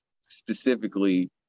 specifically